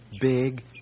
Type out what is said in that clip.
big